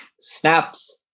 snaps